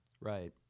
Right